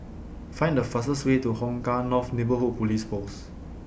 Find The fastest Way to Hong Kah North Neighbourhood Police Post